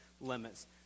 limits